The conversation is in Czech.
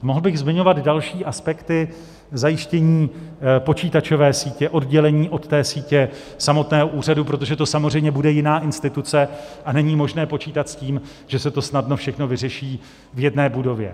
Mohl bych zmiňovat další aspekty zajištění počítačové sítě, oddělení od sítě samotného úřadu, protože to samozřejmě bude jiná instituce a není možné počítat s tím, že se to snadno všechno vyřeší v jedné budově.